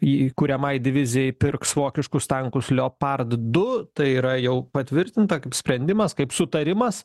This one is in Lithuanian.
į kuriamai divizijai pirks vokiškus tankus leopard du tai yra jau patvirtinta kaip sprendimas kaip sutarimas